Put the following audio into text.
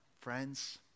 friends